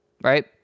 right